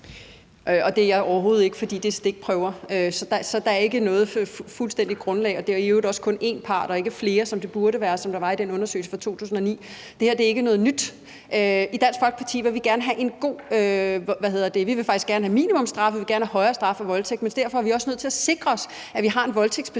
Det er jeg overhovedet ikke, fordi det er stikprøver. Så der er ikke noget fuldstændigt grundlag, og det omfatter i øvrigt også kun én part og ikke flere parter, som den burde gøre, og som undersøgelsen fra 2009 gjorde. Det her er ikke noget nyt. I Dansk Folkeparti vil vi faktisk gerne have minimumsstraffe, og vi vil gerne have højere straffe for voldtægt, men derfor er vi også nødt til at sikre os, at vi har en voldtægtsbestemmelse,